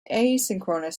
asynchronous